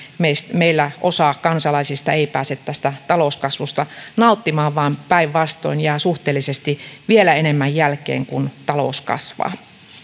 meillä osa kansalaisista ei pääse tästä talouskasvusta nauttimaan vaan päinvastoin jää suhteellisesti vielä enemmän jälkeen kun talous kasvaa